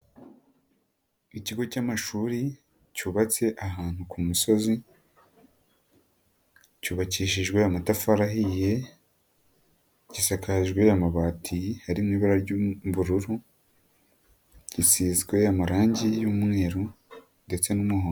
Ikigo cy'amashuri cyubatse ahantu ku musozi, cyubakishijwe amatafari ahiye, gisakajwe amabati Ari mu ibara ry'ubururu, gisizwe amarangi y'umweru ndetse n'umuhodo.